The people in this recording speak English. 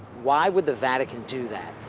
why would the vatican do that?